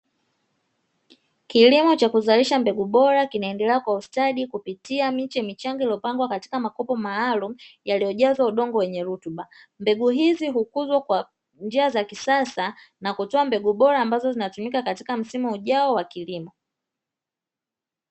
Kilimo cha kuzalisha mbegu bora kinaendelea kwa ustadi kupitia miche michanga iliyopangwa katika makopo maalumu yaliyojazwa udongo wenye rutuba, mbegu hizi hukuzwa kwa njia za kisasa na kutoa mbegu bora ambazo zinatumika katika msimu ujao wa kilimo.